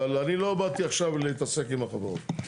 אבל אני לא באתי עכשיו להתעסק עם החברות.